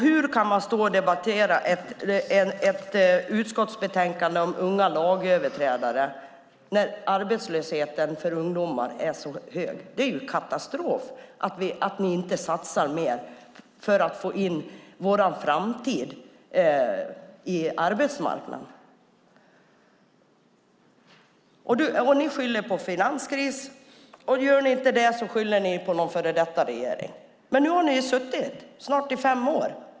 Hur kan man debattera ett utskottsbetänkande om unga lagöverträdare när arbetslösheten för ungdomar är så hög? Det är katastrof att ni inte satsar mer för att få in vår framtid på arbetsmarknaden. Ni skyller på finanskrisen, och gör ni inte det skyller ni på en före detta regering. Men nu har snart suttit i fem år.